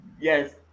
Yes